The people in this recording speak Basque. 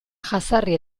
jazarri